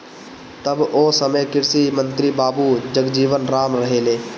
तब ओ समय कृषि मंत्री बाबू जगजीवन राम रहलें